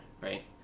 right